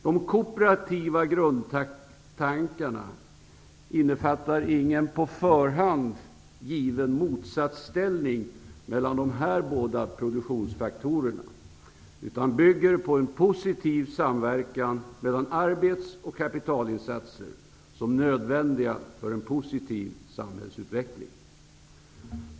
De kooperativa grundtankarna innefattar ingen på förhand given motsatsställning mellan dessa båda produktionsfaktorer, utan bygger på en positiv samverkan mellan arbets och kapitalinsatser. De är nödvändiga för en positiv samhällsutveckling.